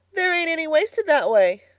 there ain't any wasted that way.